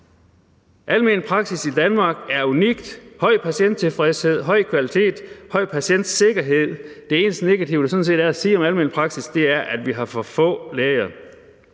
Almen praksis i Danmark er unikt med høj patienttilfredshed, høj kvalitet, høj patientsikkerhed. Det eneste negative, der sådan set er at sige om almen praksis, er, at vi har for få læger.